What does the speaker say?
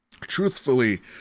truthfully